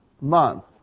month